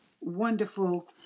wonderful